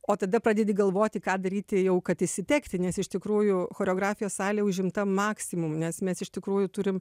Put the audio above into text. o tada pradedi galvoti ką daryti jau kad išsitekti nes iš tikrųjų choreografijos salė užimta maksimumu nes mes iš tikrųjų turim